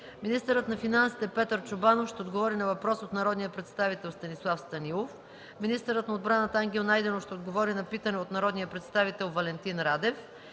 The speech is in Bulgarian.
Министърът на финансите Петър Чобанов ще отговори на въпрос от народния представител Станислав Станилов. 12. Министърът на отбраната Ангел Найденов ще отговори на питане от народния представител Валентин Радев.